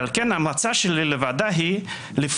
ועל כן ההמלצה שלי לוועדה היא לפנות